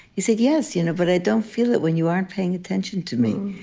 he said, yes, you know but i don't feel it when you aren't paying attention to me.